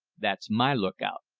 that's my look-out.